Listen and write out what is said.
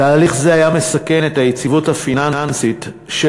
תהליך זה היה מסכן את היציבות הפיננסית של